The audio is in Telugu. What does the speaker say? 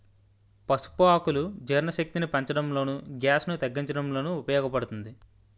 పసుపు ఆకులు జీర్ణశక్తిని పెంచడంలోను, గ్యాస్ ను తగ్గించడంలోనూ ఉపయోగ పడుతుంది